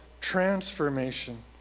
transformation